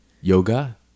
yoga